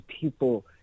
people